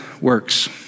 works